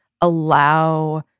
allow